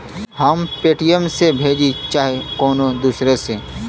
हम पेटीएम से भेजीं चाहे कउनो दूसरे से